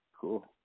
Cool